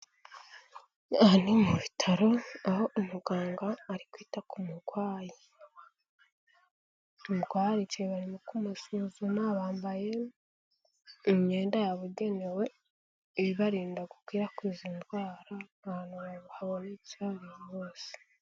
Aha ni mu bitaro, aho umuganga ari kwita ku murwayi, umurwayi aricaye barimo kumusuzuma, bambaye imyenda yabugenewe ibarinda gukwirakwiza indwara, ahantu habonetse aho ari hose.